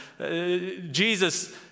Jesus